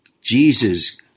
Jesus